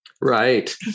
Right